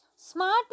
smart